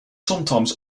sometimes